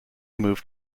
moved